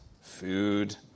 food